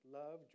love